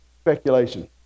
speculation